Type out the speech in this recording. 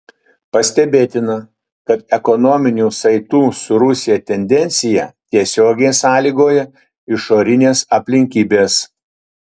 pastebėtina kad ekonominių saitų su rusija tendencija tiesiogiai sąlygoja išorinės aplinkybės